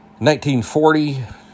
1940